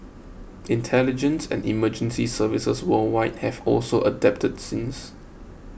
intelligence and emergency services worldwide have also adapted since